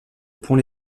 pont